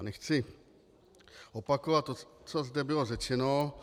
Nechci opakovat to, co zde bylo řečeno.